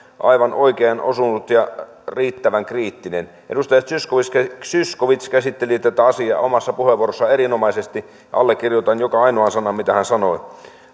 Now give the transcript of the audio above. aivan oikeaan osunut ja riittävän kriittinen edustaja zyskowicz käsitteli tätä asiaa omassa puheenvuorossaan erinomaisesti ja allekirjoitan joka ainoan sanan mitä hän sanoi